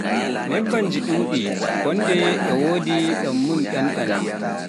nebbanji ɗi ɗuɗɗi kondeye e wodi ɗunmun ɗanɗana